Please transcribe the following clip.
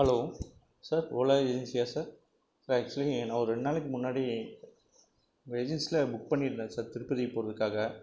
hello sir Ola ஏஜென்சியா sir sir actually நான் ஒரு ரெண்டு நாளைக்கு முன்னாடி ரிஜிஸ்ட்ல புக் பண்ணியிருந்தேன் சார் திருப்பதி போகிறதுக்காக